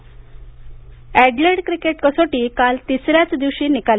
cricket Adelaide cricket कसोटी काल तिसऱ्याच दिवशी निकाली